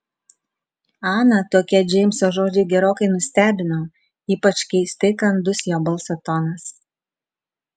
aną tokie džeimso žodžiai gerokai nustebino ypač keistai kandus jo balso tonas